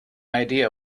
idea